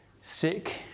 sick